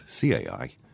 CAI